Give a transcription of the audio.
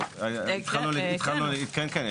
כן, כן.